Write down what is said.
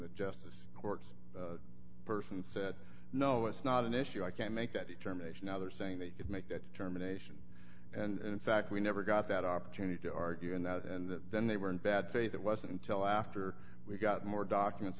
the justice courts person said no it's not an issue i can make that determination now they're saying they could make that determination and in fact we never got that opportunity to argue in that and then they were in bad faith it wasn't until after we got more documents